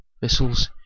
vessels